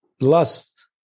lust